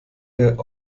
der